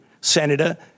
Senator